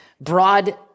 broad